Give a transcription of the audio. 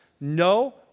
no